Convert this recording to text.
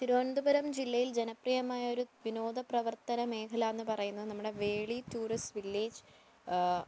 തിരുവനന്തപുരം ജില്ലയിൽ ജനപ്രിയമായ ഒരു വിനോദ പ്രവർത്തന മേഖല എന്ന് പറയുന്നത് നമ്മുടെ വേളി ടൂറിസ്റ്റ് വില്ലേജ്